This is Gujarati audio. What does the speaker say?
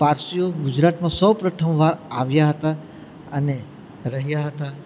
પારસીઓ ગુજરાતમાં સૌપ્રથમ વાર આવ્યા હતા અને રહ્યા હતા